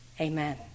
Amen